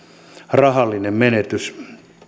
rahallinen menetys